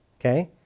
okay